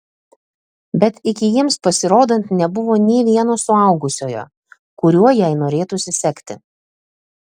bet iki jiems pasirodant nebuvo nė vieno suaugusiojo kuriuo jai norėtųsi sekti